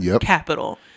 capital